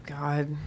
God